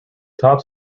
top